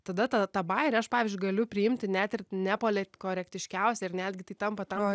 tada tą bajerį aš pavyzdžiui galiu priimti net ir nepolitkorektiškiausią ir netgi tai tampa tavo